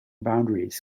boundaries